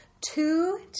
two